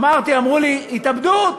אמרו לי: התאבדות,